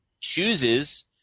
chooses